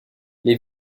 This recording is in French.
les